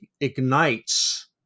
ignites